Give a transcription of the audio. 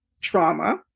trauma